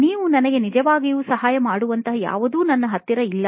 ನೀವು ನನಗೆ ನಿಜವಾಗಿಯೂ ಸಹಾಯ ಮಾಡುವಂತಹ ಯಾವುದು ನಿಮ್ಮ ಹತ್ತೀರ ಇಲ್ಲ